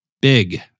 big